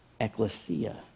ecclesia